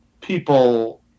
people